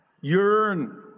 yearn